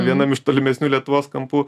vienam iš tolimesnių lietuvos kampų